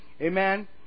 Amen